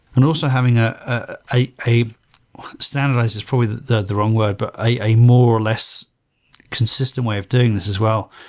and also, having ah ah a standardize is probably the the wrong word, but a more or less consistent way of doing this as well.